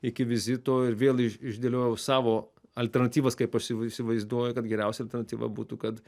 iki vizito ir vėl iš išdėliojau savo alternatyvas kaip aš įsi įsivaizduoju kad geriausia alternatyva būtų kad